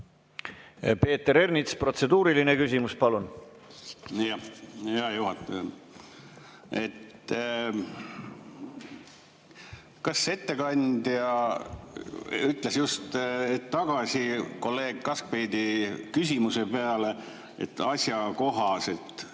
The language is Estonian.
Peeter Ernits, protseduuriline küsimus, palun! Hea juhataja! Kas ettekandja ütles just hetk tagasi kolleeg Kaskpeiti küsimuse peale, et küsimused